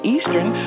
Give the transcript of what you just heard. Eastern